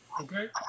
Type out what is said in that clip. Okay